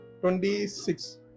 twenty-six